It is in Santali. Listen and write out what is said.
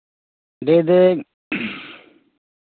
ᱞᱟᱹᱭ ᱮᱫᱟᱹᱧ